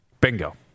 Bingo